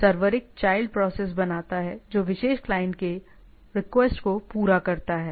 server एक child process बनाता है जो विशेष क्लाइंट के रिक्वेस्ट को पूरा करता है